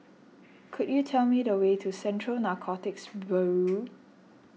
could you tell me the way to Central Narcotics Bureau